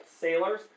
sailors